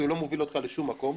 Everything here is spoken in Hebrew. כי הוא לא מוביל אותך לשום מקום,